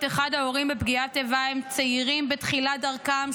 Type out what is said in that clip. אחד ההורים בפגיעת איבה הם צעירים בתחילת דרכם,